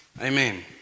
Amen